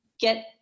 get